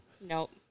Nope